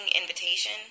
invitation